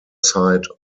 side